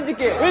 and get